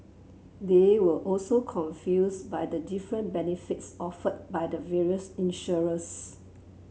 they were also confused by the different benefits offered by the various insurers